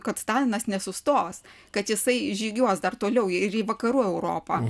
kad stalinas nesustos kad jisai žygiuos dar toliau ir į vakarų europą